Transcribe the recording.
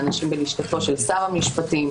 האנשים בלשכתו של שר המשפטים,